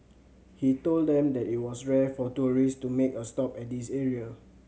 he told them that it was rare for tourists to make a stop at this area